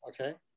Okay